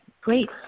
great